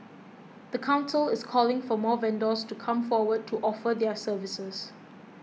the council is calling for more vendors to come forward to offer their services